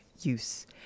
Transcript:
use